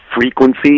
frequency